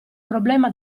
problema